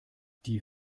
die